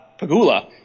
Pagula